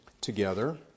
together